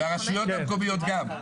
והרשויות המקומיות גם.